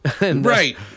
right